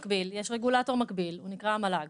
יש רגולטור מקביל, הוא נקרא המל"ג,